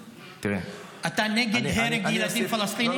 אתה נגד הרג ילדים פלסטינים?